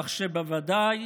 כך שבוודאי